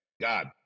god